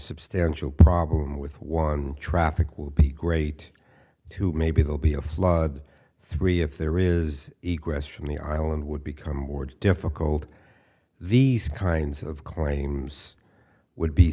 substantial problem with one traffic will be great to maybe they'll be a flood three if there is a graph from the island would become more difficult these kinds of claims would be